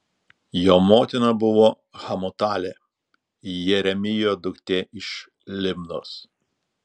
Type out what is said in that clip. jo motina buvo hamutalė jeremijo duktė iš libnos